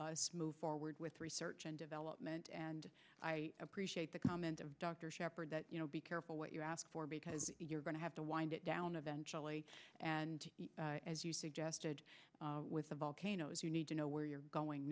us move forward with research and development and i appreciate the comment of dr shepherd that you know be careful what you ask for because you're going to have to wind it down eventually and as you suggested with the volcanoes you need to know where you're going